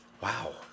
Wow